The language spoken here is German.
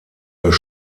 das